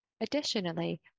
Additionally